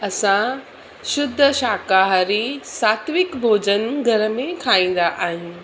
असां शुद्ध शाकाहारी सात्विक भोजन घर में खाईंदा आहियूं